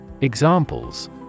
Examples